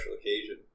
occasion